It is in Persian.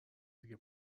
دیگه